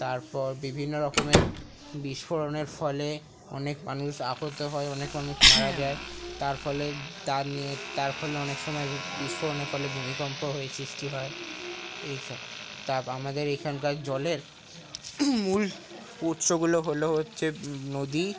তারপর বিভিন্ন রকমের বিস্ফোরণের ফলে অনেক মানুষ আহত হয় অনেক মানুষ মারা যায় তার ফলে তার নিয়ে তার ফলে অনেক সময় বিস্ফোরণের ফলে ভূমিকম্প হয়ে সৃষ্টি হয় এই সব তাপ আমাদের এখানকার জলের মূল উৎসগুলো হল হচ্ছে নদী